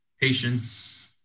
patience